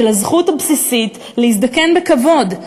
של הזכות הבסיסית להזדקן בכבוד.